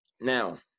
Now